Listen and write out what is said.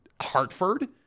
Hartford